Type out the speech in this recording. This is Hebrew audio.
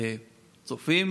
צופים